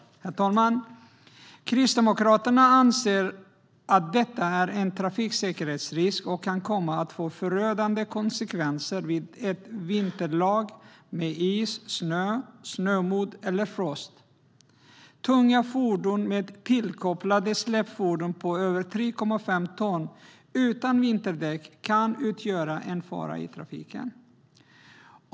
Herr talman! Kristdemokraterna anser att detta är en trafiksäkerhetsrisk och kan komma att få förödande konsekvenser vid ett vinterväglag med is, snö, snömodd eller frost. Tunga fordon med tillkopplade släpfordon på över 3,5 ton utan vinterdäck kan utgöra en fara i trafiken.